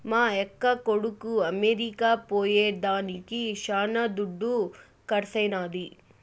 మా యక్క కొడుకు అమెరికా పోయేదానికి శానా దుడ్డు కర్సైనాది